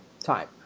Time